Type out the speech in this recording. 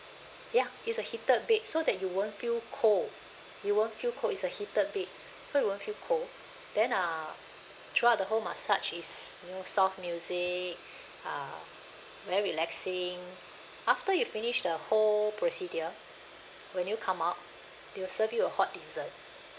ya it's a heated bed so that you won't feel cold you won't feel cold it's a heated bed so you won't feel cold then uh throughout the whole massage is you know soft music Uh very relaxing after you finish the whole procedure when you come out they will serve you a hot dessert